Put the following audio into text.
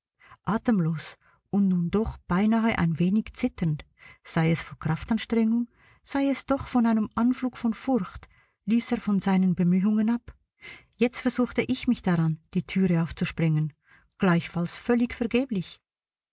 atemlos und nun doch beinahe ein wenig zitternd sei es vor kraftanstrengung sei es doch von einem anfluge von furcht ließ er von seinen bemühungen ab jetzt versuchte ich mich daran die türe aufzusprengen gleichfalls völlig vergeblich